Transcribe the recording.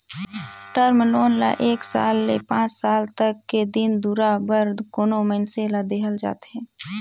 term loan ल एक साल ले पांच साल तक के दिन दुरा बर कोनो मइनसे ल देहल जाथे